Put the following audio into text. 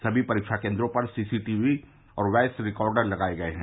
समी परीक्षा केन्द्रों पर सीसी टीवी और वॅयस रिकार्डर लगाये गये हैं